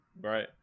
Right